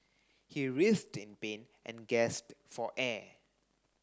he writhed in pain and gasped for air